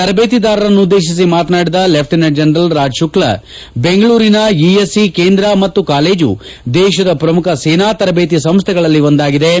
ತರಜೇತಿದಾರರನ್ನು ಉದ್ದೇಶಿಸಿ ಮಾತನಾಡಿದ lieutenant general Raj Shukla ಬೆಂಗಳೂರಿನ ಇಎಸ್ಸಿ ಕೇಂದ್ರ ಮತ್ತು ಕಾಲೇಜು ದೇಶದ ಪ್ರಮುಖ ಸೇನಾ ತರಬೇತಿ ಸಂಸ್ನೆಗಳಲ್ಲಿ ಒಂದಾಗಿದ್ದು